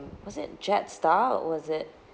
was it Jetstar was it